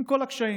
עם כל הקשיים,